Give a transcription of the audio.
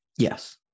Yes